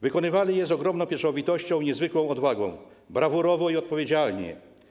Wykonywali je z ogromną pieczołowitością i niezwykłą odwagą, brawurowo i odpowiedzialnie.